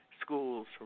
schools